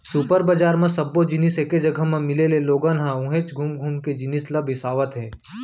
super बजार म सब्बो जिनिस एके जघा मिले ले लोगन ह उहेंच घुम घुम के जिनिस ल बिसावत हे